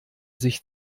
sich